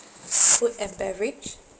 food and beverage